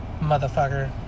Motherfucker